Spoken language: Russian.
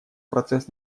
процесс